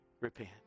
Repent